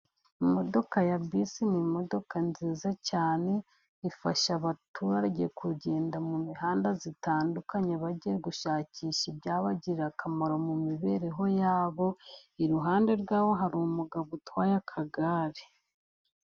Imodoka ya bisi ni imodoka nziza cyane ,ifasha abaturage kugenda mu mihanda itandukanye ,bagiye gushakisha ibyabagirira akamaro mu mibereho yabo, iruhande rwabo hari umugabo utwaye akagare.